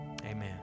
amen